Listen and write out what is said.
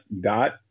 dot